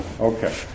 Okay